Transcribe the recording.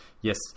yes